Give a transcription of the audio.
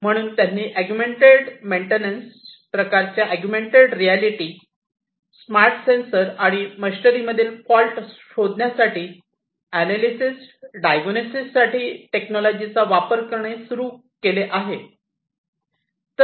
म्हणूनच त्यांनी augmented maintenance प्रकारच्या अगुमेंन्टेड रियालिटी स्मार्ट सेन्सर आणि मशनरी मधील फॉल्ट शोधण्यासाठी अनालिसेस डायगणोसिस साठी टेक्नॉलॉजीचा वापर करणे सुरुवात केली आहे